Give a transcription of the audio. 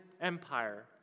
Empire